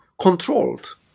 controlled